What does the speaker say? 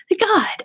God